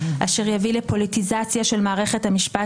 אשר יביא לפוליטיזציה של מערכת המשפט